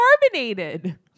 carbonated